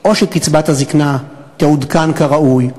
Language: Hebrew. או שקצבת הזיקנה תעודכן כראוי,